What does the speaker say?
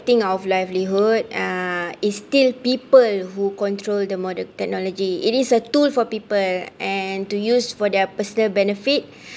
~ting of livelihood uh is still people who control the modern technology it is a tool for people and to use for their personal benefit